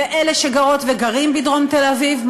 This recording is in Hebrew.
ואלה שגרות וגרים בדרום תל-אביב,